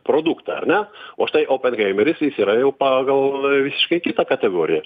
produktą ar ne o štai openheimeris jis yra jau pagal visiškai kitą kategoriją